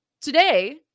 today